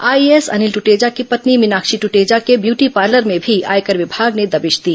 IAS Anil Tateja की पत्नी मीनाक्षी टटेजा के ब्यूटी पार्लर में भी आयकर विभाग ने दबिश दी